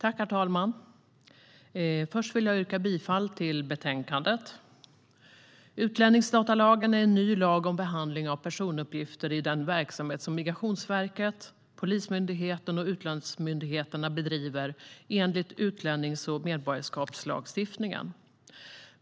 Herr talman! Först vill jag yrka bifall till utskottets förslag i betänkandet. Utlänningsdatalagen är en ny lag om behandling av personuppgifter i den verksamhet som Migrationsverket, Polismyndigheten och utlandsmyndigheterna bedriver enligt utlännings och medborgarskapslagstiftningen.